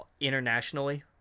internationally